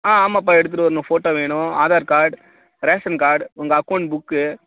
ஆ ஆமாப்பா எடுத்துகிட்டு வரணும் ஃபோட்டோ வேணும் ஆதார் கார்டு ரேஷன் கார்டு உங்கள் அக்கவுண்ட் புக்கு